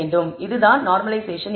இதுதான் நார்மலைஷேசன் எனப்படும்